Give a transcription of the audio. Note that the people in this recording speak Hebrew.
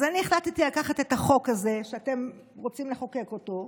אז אני החלטתי לקחת את החוק הזה שאתם רוצים לחוקק אותו,